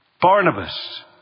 Barnabas